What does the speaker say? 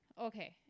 Okay